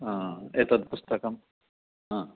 एतत् पुस्तकं